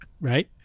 right